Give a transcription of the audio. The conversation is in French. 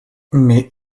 mais